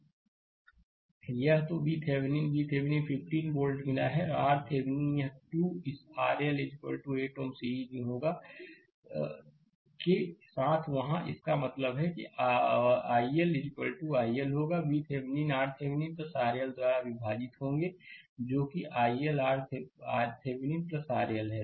slide समय देखें 1827 तो यह VThevenin VThevenin 15 वोल्ट मिला और RTheveninयह 2 इस RL 8 Ω सीरीज में होगा के साथ वहाँ हैं इसका मतलब है कि I L होगा I L होगा VTheveninRThevenin RL द्वारा विभाजित है जो कि I L RThevenin RL है